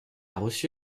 reçu